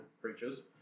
creatures